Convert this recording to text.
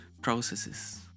processes